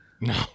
No